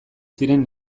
ziren